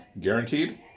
Guaranteed